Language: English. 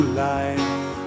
life